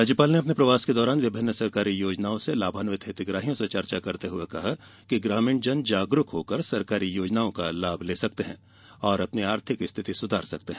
राज्यपाल ने अपने प्रवास के दौरान विभिन्न सरकारी योजनाओं से लाभान्वित हितग्राहियों से चर्चा करते हुए कहा कि ग्रामीणजन जागरूक होकर सरकारी योजनाओं का लाभ ले सकते हैं और अपनी आर्थिक स्थिति सुधार सकते हैं